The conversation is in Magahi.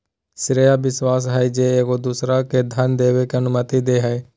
श्रेय उ विश्वास हइ जे एगो दोसरा के धन देबे के अनुमति दे हइ